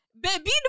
baby